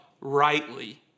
rightly